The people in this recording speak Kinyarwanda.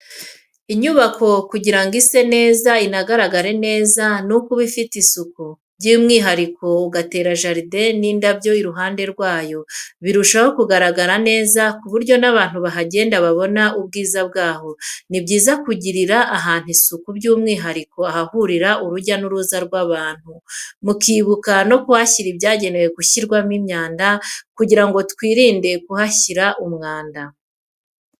Inyubako kugira ngo ise neza, inagaragare neza nuko iba ifite isuku, by'umwihariko ugatera jaride n'indabyo iruhande rwayo birushaho kugaragara neza, ku buryo n'abantu bahagenda babona ubwiza bwaho. Ni byiza kugirira ahantu isuku by'umwihariko ahahurira urujya n'uruza rw'abantu, mukibuka no kuhashyira ibyagenewe kushyirwamo imyanda kugira ngo twirinde kuhashyira umwanda.